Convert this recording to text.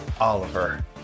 Oliver